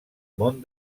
món